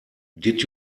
did